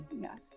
yes